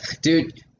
dude